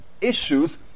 issues